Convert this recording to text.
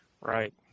Right